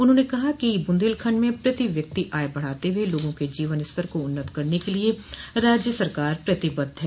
उन्होंने कहा कि बुंदेलखंड में प्रति व्यक्ति आय बढ़ाते हुए लोगों के जीवन स्तर को उन्नत करने के लिए राज्य सरकार प्रतिबद्ध है